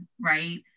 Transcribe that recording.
right